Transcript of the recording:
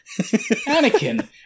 Anakin